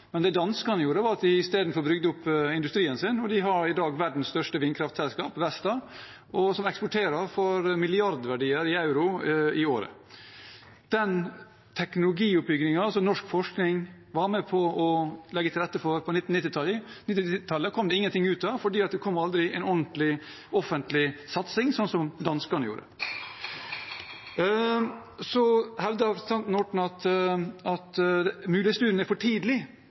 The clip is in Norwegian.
men det danskene gjorde, var at de i stedet bygde opp industrien sin, og de har i dag verdens største vindkraftselskap, Vestas, som eksporterer for milliardverdier i euro i året. Den teknologioppbyggingen som norsk forskning var med på å legge til rette for på 1990-tallet, kom det ingenting ut av, for det kom aldri en ordentlig offentlig satsning som hos danskene. Representanten Orten nevnte at det er for tidlig